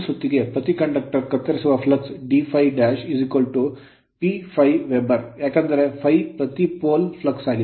ಈಗ ಒಂದು ಸುತ್ತಿಗೆ ಪ್ರತಿ ಕಂಡಕ್ಟರ್ ಕತ್ತರಿಸಿದ flux flux d∅' P ∅ weber weber ಏಕೆಂದರೆ ∅ ಪ್ರತಿ pole ಪೋಲ್ ಗೆ ಫ್ಲಕ್ಸ್ ಆಗಿದೆ